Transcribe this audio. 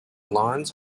lawns